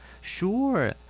Sure